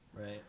Right